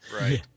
Right